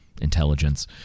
intelligence